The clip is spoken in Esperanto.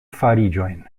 fariĝojn